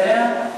בסדר.